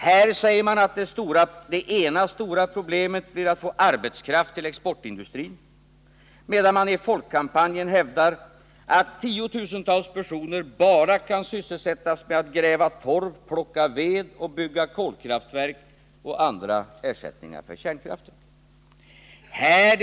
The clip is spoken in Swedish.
Här säger man att det ena stora problemet blir att få arbetskraft till exportindustrin — medan man i folkkampanjen hävdar att tiotusentals personer bara kan sysselsättas med att gräva torv, plocka ved och bygga kolkraftverk och andra ersättningar för kärnkraften.